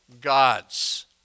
gods